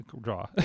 draw